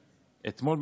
אתמול,